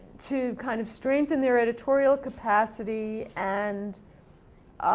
to kind of strengthen their editorial capacity and